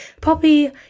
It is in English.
Poppy